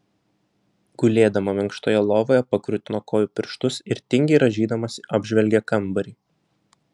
gulėdama minkštoje lovoje pakrutino kojų pirštus ir tingiai rąžydamasi apžvelgė kambarį